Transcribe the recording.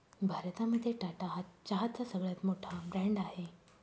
भारतामध्ये टाटा हा चहाचा सगळ्यात मोठा ब्रँड आहे